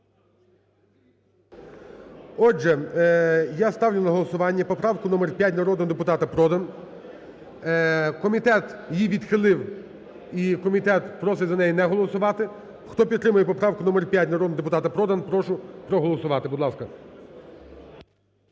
Отже, я ставлю на голосування поправку номер 5 народного депутата Продан. Комітет її відхилив і комітет просить за неї не голосувати. Хто підтримує правку номер 5 народного депутата Продан, прошу проголосувати, будь ласка.